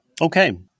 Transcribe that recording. Okay